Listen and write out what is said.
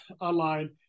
online